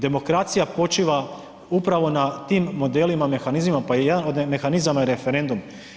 Demokracija počiva upravo na tim modelima, mehanizmima pa i jedan od mehanizama je referendum.